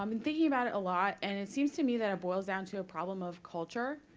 um thinking about it a lot, and it seems to me that it boils down to a problem of culture,